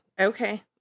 okay